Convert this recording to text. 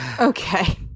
Okay